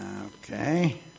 okay